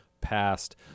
passed